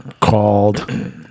called